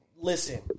Listen